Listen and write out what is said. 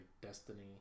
destiny